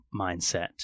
mindset